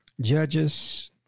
Judges